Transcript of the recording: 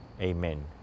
Amen